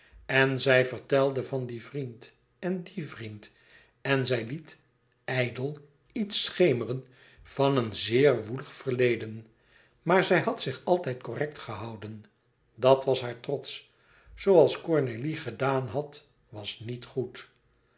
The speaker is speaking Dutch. en zij vertelde van dien vriend en dien vriend en zij liet ijdel iets schemeren van een zeer woelig verleden maar zij had zich altijd correct gehouden dat was haar trots zooals cornélie gedaan had was niet goed